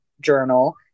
journal